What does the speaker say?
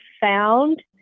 found